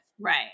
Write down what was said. Right